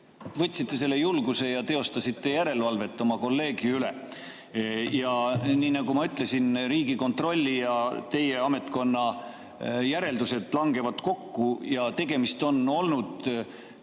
võtsite selle julguse ja teostasite järelevalvet oma kolleegi üle. Ja nii nagu ma ütlesin, Riigikontrolli ja teie ametkonna järeldused langevad kokku ja tegemist on olnud